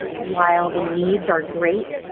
while the needs are great